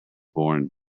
born